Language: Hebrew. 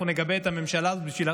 אנחנו נגבה את הממשלה הזו,